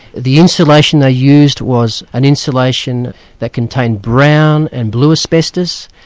the insulation they used was an insulation that contained brown and blue asbestos.